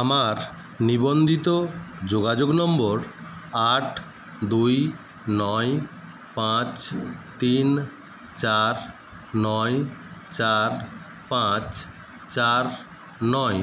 আমার নিবন্ধিত যোগাযোগ নম্বর আট দুই নয় পাঁচ তিন চার নয় চার পাঁচ চার নয়